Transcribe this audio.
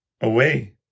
away